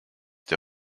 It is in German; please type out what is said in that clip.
der